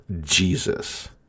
Jesus